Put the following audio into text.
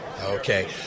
Okay